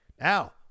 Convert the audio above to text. Now